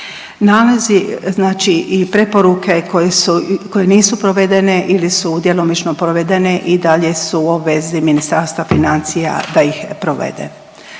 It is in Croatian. znači i preporuke koje su, koje nisu provedene ili su djelomično provedene, i dalje su u obvezi Ministarstva financija da ih provede.